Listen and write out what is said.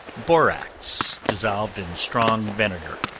borax dissolved in strong vinegar.